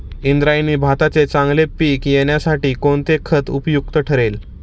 इंद्रायणी भाताचे चांगले पीक येण्यासाठी कोणते खत उपयुक्त ठरेल?